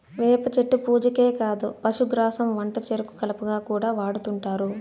వేప చెట్టు పూజకే కాదు పశుగ్రాసం వంటచెరుకు కలపగా కూడా వాడుతుంటారు